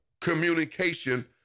communication